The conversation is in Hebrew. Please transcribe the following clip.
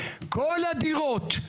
כל הדירות,